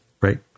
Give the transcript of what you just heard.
Right